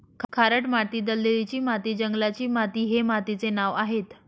खारट माती, दलदलीची माती, जंगलाची माती हे मातीचे नावं आहेत